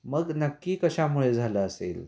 मग नक्की कशामुळे झालं असेल